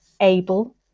able